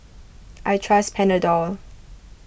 I trust Panadol